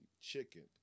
chicken